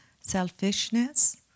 selfishness